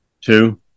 two